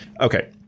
Okay